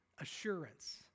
assurance